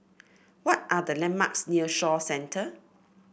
what are the landmarks near Shaw Centre